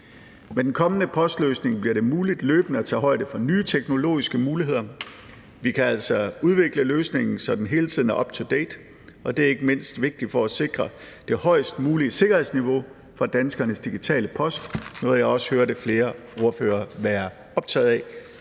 Med den kommende postløsning bliver det muligt løbende at tage højde for nye teknologiske muligheder. Vi kan altså udvikle løsningen, så den hele tiden er up to date, og det er ikke mindst vigtigt for at sikre det højest mulige sikkerhedsniveau for danskernes digitale post – noget, jeg også hørte flere ordførere være optaget af.